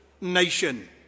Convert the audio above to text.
nation